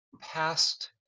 past